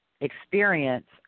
experience